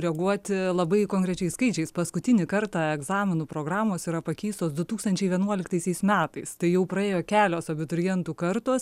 reaguoti labai konkrečiais skaičiais paskutinį kartą egzaminų programos yra pakeistos du tūkstančiai vienuoliktaisiais metais tai jau praėjo kelios abiturientų kartos